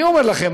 אני אומר לכם,